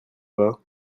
bas